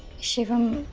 shivam,